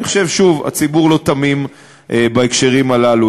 אני חושב שהציבור לא תמים בהקשרים הללו,